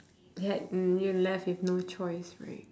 had you left with no choice right